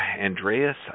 Andreas